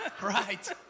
Right